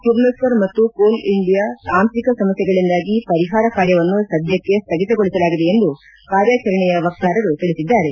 ಕಿರೋಸ್ತರ್ ಮತ್ತು Coal India ತಾಂತ್ರಿಕ ಸಮಸ್ಥೆಗಳಿಂದಾಗಿ ಪರಿಹಾರ ಕಾರ್ಯವನ್ನು ಸದ್ದಕ್ಕೆ ಸ್ಹಗಿತಗೊಳಿಸಲಾಗಿದೆ ಎಂದು ಕಾರ್ಯಾಚರಣೆ ವಕ್ತಾರರು ತಿಳಿಸಿದ್ದಾರೆ